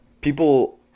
people